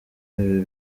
ibi